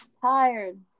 Tired